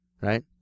right